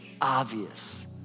obvious